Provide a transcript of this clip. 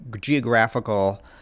geographical